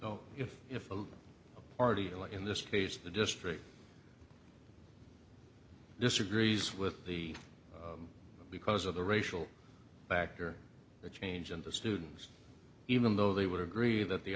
oh if if a party like in this case the district disagrees with the because of the racial back or a change in the students even though they would agree that the